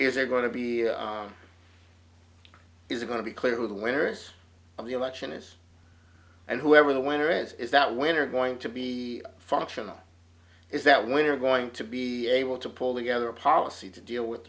is there going to be is it going to be clear who the winners of the election is and whoever the winner is is that winner going to be functional is that winner going to be able to pull together a policy to deal with